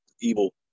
evil